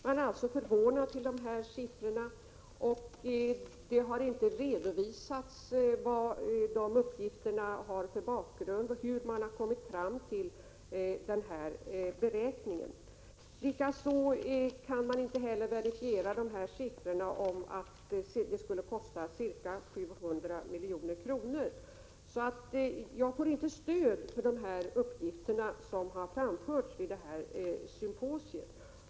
Man är alltså förvånad över uppgifterna i interpellationen. Det har inte heller redovisats vad dessa uppgifter grundar sig på och hur man har kommit fram till en sådan beräkning. Man kan inte heller verifiera att det skulle kosta ca 700 milj.kr. Jag finner alltså inte något stöd för de uppgifter som har framförts vid symposiet.